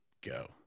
go